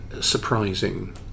surprising